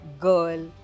girl